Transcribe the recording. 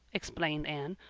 explained anne,